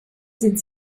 sind